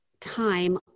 time